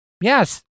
Yes